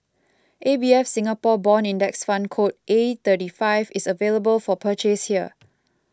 A B F Singapore Bond Index Fund code A thirty five is available for purchase here